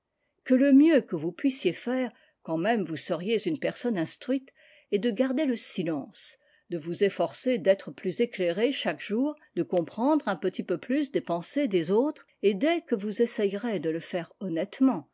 que le mieux que vous puissiez faire quand même vous seriez une personne instruite est de garder le silence de vous efforcer d'être plus éclairé chaque jour de comprendre un petit peu plus des pensées des autres et dès que vous essayerez de le faire honnêtement